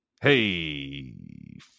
Hey